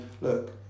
look